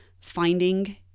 finding